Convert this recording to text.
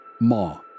Ma